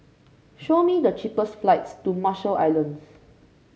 show me the cheapest flights to Marshall Islands